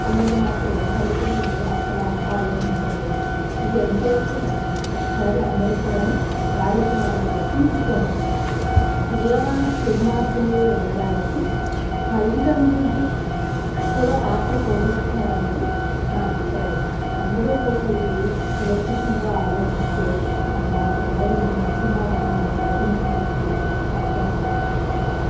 అన్నది మాత్రం తల్లిదండ్రులు అస్సలు ఆలోచించట్లేదు ఇది ఎంతవరకు కరెక్ట్ ఒకసారి అందరూ కూడాను వాళ్ళకు వాళ్ళు ప్రశ్నించుకొని పిల్లవాడు చెడు మార్గంలో వెళ్ళడానికి తల్లిదండ్రులది కూడా పాత్ర పోషిస్తున్నారు అన్నది నా అభిప్రాయం అందరూ కూడా ఇది కులంకుశంగా ఆలోచిస్తే మనం మన పిల్లల్ని మంచి మార్గంలో నడిపించడానికి అవకాశం ఉంటుంది